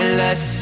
less